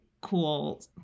cool